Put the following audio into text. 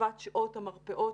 הרחבת שעות המרפאות,